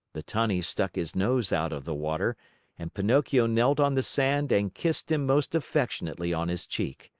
the tunny stuck his nose out of the water and pinocchio knelt on the sand and kissed him most affectionately on his cheek.